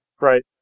Right